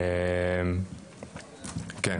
עכשיו,